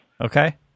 Okay